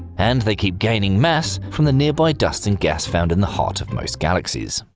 and they keep gaining mass from the nearby dust and gas found in the heart of most galaxies.